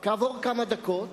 כעבור כמה דקות